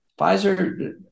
Pfizer